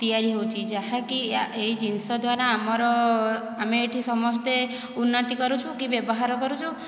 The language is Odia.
ତିଆରି ହେଉଛି ଯାହାକି ଏଇ ଜିନିଷ ଦ୍ୱାରା ଆମର ଆମେ ଏଇଠି ସମସ୍ତେ ଉନ୍ନତି କରୁଛୁ କି ବ୍ୟବହାର କରୁଛୁ